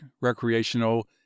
recreational